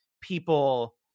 people